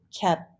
kept